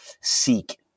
seek